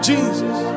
Jesus